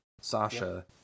Sasha